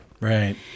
right